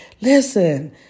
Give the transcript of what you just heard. Listen